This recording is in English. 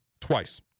Twice